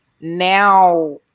now